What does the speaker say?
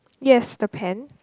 yes the pen